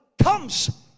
comes